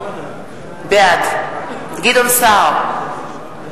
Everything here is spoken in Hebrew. בעד גדעון סער,